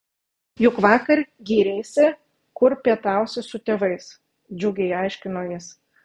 juk vakar gyreisi kur pietausi su tėvais džiugiai aiškino jis